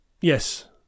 Yes